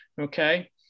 okay